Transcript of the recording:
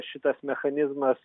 šitas mechanizmas